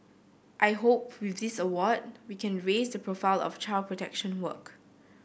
I hope with this award we can raise the profile of child protection work